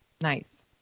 Nice